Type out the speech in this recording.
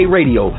Radio